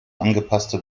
angepasste